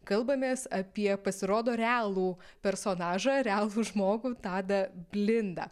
kalbamės apie pasirodo realų personažą realų žmogų tadą blindą